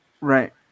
Right